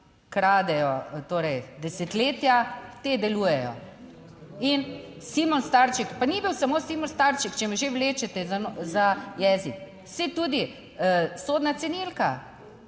kradejo torej desetletja, te delujejo. In Simon Starček, pa ni bil samo Simon Starček, če me že vlečete za jezik, saj tudi sodna cenilka